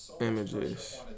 Images